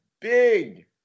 big